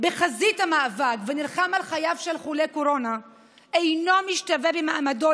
בחזית המאבק ונלחם על חייו של חולה קורונה אינו משתווה במעמדו,